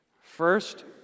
First